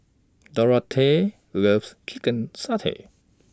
Dorathea loves Chicken Satay